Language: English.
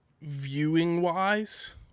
Viewing-wise